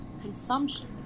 consumption